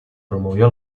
promovió